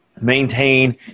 maintain